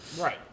Right